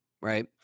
right